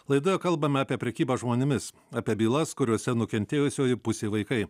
laidoje kalbame apie prekybą žmonėmis apie bylas kuriose nukentėjusioji pusė vaikai